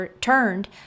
turned